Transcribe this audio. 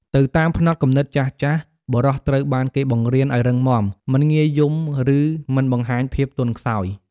ទៅតាមផ្នត់គំនិតចាស់ៗ បុរសត្រូវបានគេបង្រៀនឱ្យ រឹងមាំ មិនងាយយំ ឬមិនបង្ហាញភាពទន់ខ្សោយ។